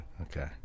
Okay